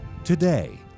today